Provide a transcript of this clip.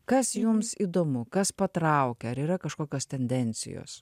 kas jums įdomu kas patraukia ar yra kažkokios tendencijos